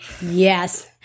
Yes